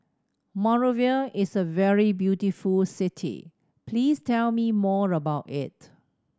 Monrovia is a very beautiful city please tell me more about it